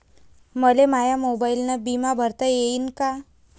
मले माया मोबाईलनं बिमा भरता येईन का?